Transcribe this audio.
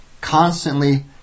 constantly